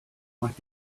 might